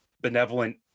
benevolent